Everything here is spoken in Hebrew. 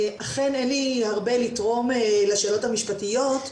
אכן אין לי הרבה לתרום לשאלות המשפטיות,